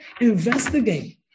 investigate